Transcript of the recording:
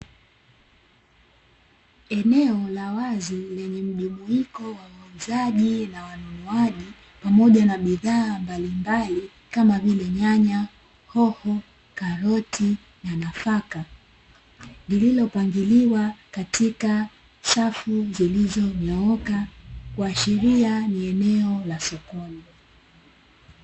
Eneo la wazi lenye mjumuiko wa wauzaji na wanunuaji pamoja na bidhaa mbalimbali kama vile nyanya, hoho, karoti na nafaka lililo pangiliwa katika safu zilizonyooka kuashiria ni eneo la sokoni.